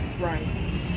Right